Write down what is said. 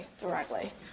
directly